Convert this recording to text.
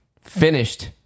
finished